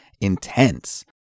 intense